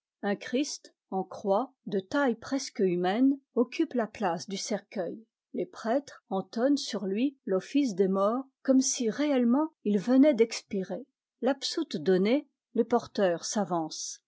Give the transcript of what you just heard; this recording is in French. un christ en croix de taille presque humaine occupe la place du cercueil les prêtres entonnent sur lui l'office des morts comme si réellement il venait d'expirer l'absoute donnée les porteurs s'avancent